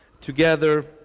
together